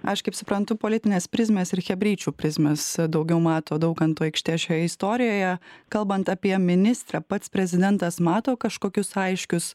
aš kaip suprantu politinės prizmės ir chebryčių prizmės daugiau mato daukanto aikštės šioje istorijoje kalbant apie ministrą pats prezidentas mato kažkokius aiškius